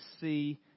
see